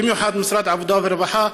במיוחד משרד העבודה והרווחה,